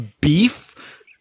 beef